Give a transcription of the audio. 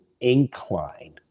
incline